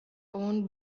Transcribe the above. owned